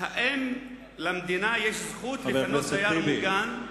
האם למדינה יש זכות לפנות דייר מוגן,